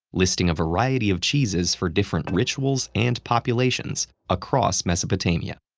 listing a variety of cheeses for different rituals and populations across mesopotamia.